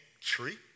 tree